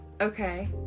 Okay